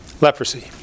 leprosy